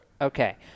Okay